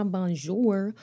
Bonjour